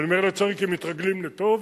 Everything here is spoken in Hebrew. אני אומר "לצערי" כי מתרגלים לטוב,